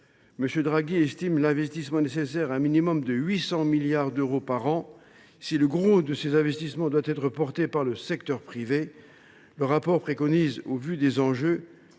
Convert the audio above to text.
Draghi estime l’investissement nécessaire à un minimum de 800 milliards d’euros par an. Si le gros de ces investissements doit être endossé par le secteur privé, le rapport préconise, au vu des enjeux,